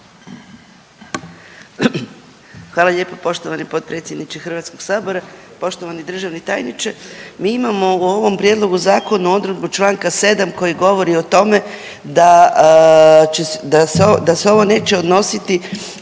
Hvala lijepo poštovani potpredsjedniče Hrvatskog sabora, poštovani državni tajniče. Mi imamo u ovom prijedlog Zakona odredbu čl.7 koji govori o tome da će, da se ovo neće odnositi